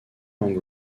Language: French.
langue